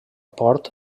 port